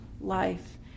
life